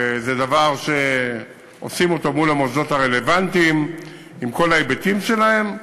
זה דבר שעושים אותו מול המוסדות הרלוונטיים עם כל ההיבטים שלהם.